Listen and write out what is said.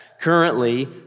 Currently